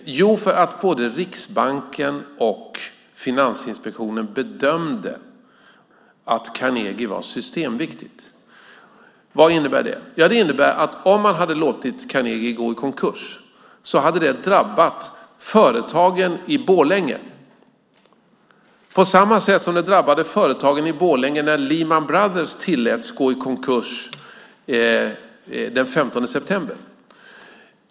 Jo, det gjorde man därför att både Riksbanken och Finansinspektionen bedömde att Carnegie var systemviktigt. Vad innebär det? Jo, det innebär att om man hade låtit Carnegie gå i konkurs hade det drabbat företagen i Borlänge på samma sätt som det drabbade företagen i Borlänge när Lehman Brothers tilläts gå i konkurs den 15 september.